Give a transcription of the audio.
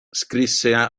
scrisse